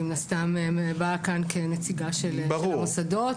אני באה כאן כנציגה של המוסדות.